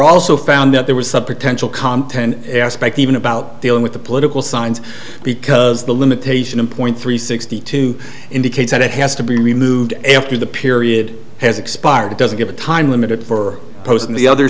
also found that there was some potential content aspect even about dealing with the political signs because the limitation in point three sixty two indicates that it has to be removed after the period has expired it doesn't give a time limit for pows and the other